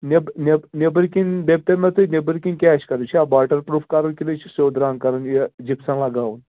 نیٚب نیٚب نیٚبٕرۍ کِنۍ دٔپۍتو مےٚ تُہۍ نیٚبٕرۍ کِنۍ کیٛاہ چھُ کَرُن یہِ چھےٚ واٹَر پرٛوٗف کَرُن کِنہٕ یہِ چھِ سیوٚد رنٛگ کَرُن یہِ جپسَن لگاوُن